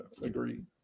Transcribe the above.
agreed